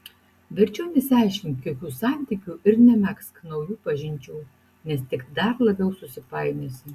verčiau nesiaiškink jokių santykių ir nemegzk naujų pažinčių nes tik dar labiau susipainiosi